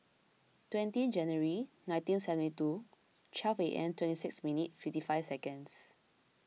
twenty January nineteen seventy two and twenty six minutes fifty five seconds